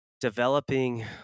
developing